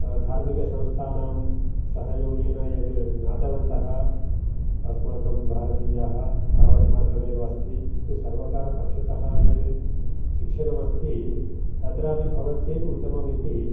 धार्मिकसंस्थानां सहयोगेन यत् ज्ञातवन्तः अस्माकं भारतीयाः तावन्मात्रमेव अस्ति किन्तु सर्वकारपक्षतः यत् शिक्षणमस्ति तत्रापि भवत् चेत् उत्तमम् इति